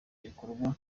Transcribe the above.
ibikorwa